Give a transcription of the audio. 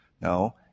No